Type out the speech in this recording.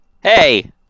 Hey